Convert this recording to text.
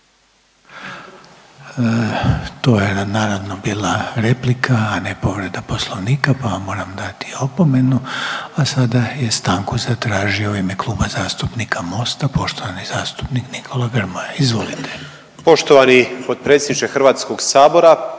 To je naravno, bila replika, a ne povreda Poslovnika pa vam moram dati opomenu, a sada je stanku zatražio u ime Kluba zastupnika Mosta, poštovani zastupnik Nikola Grmoja, izvolite. **Grmoja, Nikola